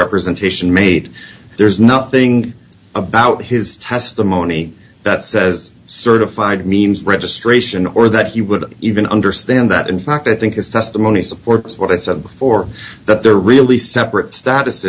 representation made there's nothing about his testimony that says certified means registration or that he would even understand that in fact i think his testimony supports what i said before that there are really separate